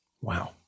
Wow